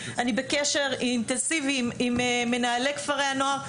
אני בקשר אינטנסיבי עם מנהלי כפרי הנוער.